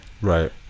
Right